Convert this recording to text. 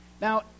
Now